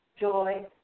joy